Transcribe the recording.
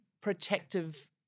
protective